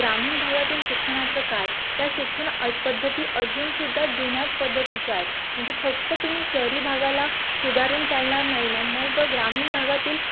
ग्रामीण भागातील शिक्षणाचं काय त्या शिक्षण पद्धती अजूनसुद्धा जुन्याच पद्धतीच्या आहेत म्हणजे फक्त तुम्ही शहरी भागाला सुधारून चालणार नाही ना मग ग्रामीण भागातील